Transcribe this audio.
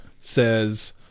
Says